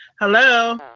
Hello